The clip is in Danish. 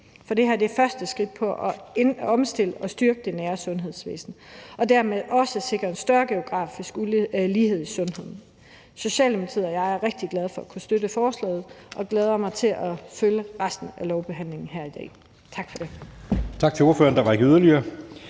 for det her er første skridt i at omstille og styrke det nære sundhedsvæsen og dermed også sikre en større geografisk lighed i sundheden. Socialdemokratiet og jeg er rigtig glade for at kunne støtte forslaget, og jeg glæder mig til at følge resten af lovbehandlingen her i dag. Tak for det.